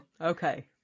Okay